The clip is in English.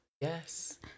Yes